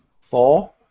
Four